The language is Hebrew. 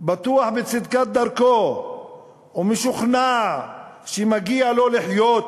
בטוח בצדקת דרכו ומשוכנע שמגיע לו לחיות